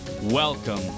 Welcome